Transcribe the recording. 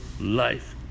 life